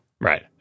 Right